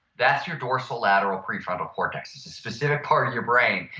that's your dorsolateral prefrontal cortex. it's a specific part of your brain.